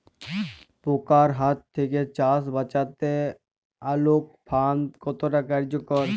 পোকার হাত থেকে চাষ বাচাতে আলোক ফাঁদ কতটা কার্যকর?